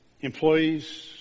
Employees